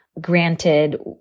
granted